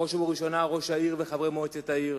בראש ובראשונה ראש העיר וחברי מועצת העיר,